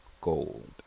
gold